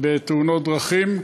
בתאונות דרכים.